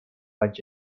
vaig